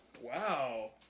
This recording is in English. Wow